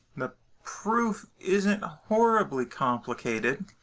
the proof isn't ah horribly complicated,